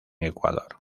ecuador